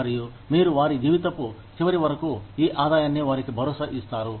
మరియు మీరు వారి జీవితపు చివరి వరకు ఈ ఆదాయాన్ని వారికి భరోసా ఇస్తారు